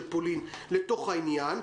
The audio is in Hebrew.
של פולין לתוך העניין.